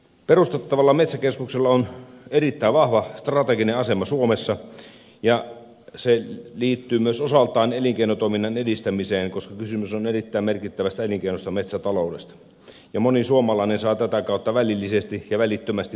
perustettavalla metsäkeskuksella on erittäin vahva strateginen asema suomessa ja se liittyy myös osaltaan elinkeinotoiminnan edistämiseen koska kysymys on erittäin merkittävästä elinkeinosta metsätaloudesta ja moni suomalainen saa tätä kautta välillisesti ja välittömästi leipänsä